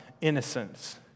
innocence